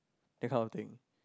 that kind of thing